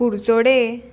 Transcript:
Kudchade